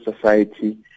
society